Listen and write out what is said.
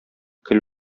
көл